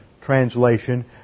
translation